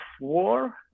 war